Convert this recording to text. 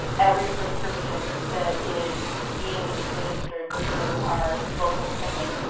every prescription that is being administered through our local clinic.